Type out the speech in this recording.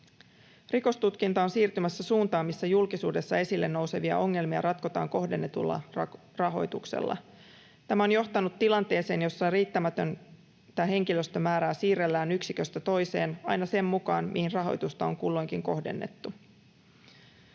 Rikostutkinta on siirtymässä suuntaan, missä julkisuudessa esille nousevia ongelmia ratkotaan kohdennetulla rahoituksella. Tämä on johtanut tilanteeseen, jossa riittämätöntä henkilöstömäärää siirrellään yksiköstä toiseen aina sen mukaan, mihin rahoitusta on kulloinkin kohdennettu.